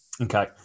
Okay